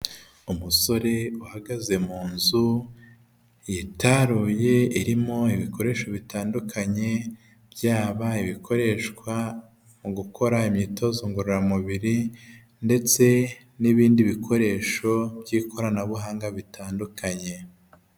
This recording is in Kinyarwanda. Umusore uhagaze mu nzu yitaruye irimo ibikoresho bitandukanye byaba ibikoreshwa mu gukora imyitozo ngororamubiri ndetse n'ibindi bikoresho by'ikoranabuhanga bitandukanye.